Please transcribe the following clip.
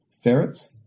Ferrets